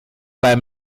beim